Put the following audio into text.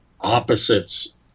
opposites